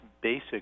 basic